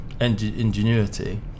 ingenuity